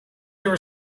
there